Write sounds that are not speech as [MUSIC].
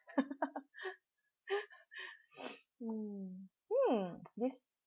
[LAUGHS] mm hmm this